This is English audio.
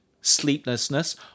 sleeplessness